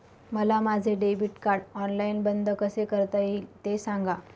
मला माझे debit card online बंद कसे करता येईल, ते सांगा